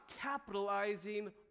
capitalizing